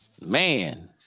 Man